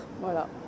voilà